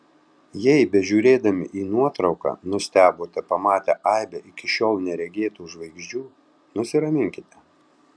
jei bežiūrėdami į nuotrauką nustebote pamatę aibę iki šiol neregėtų žvaigždžių nusiraminkite